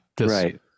right